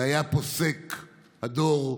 והיה פוסק הדור,